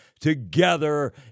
together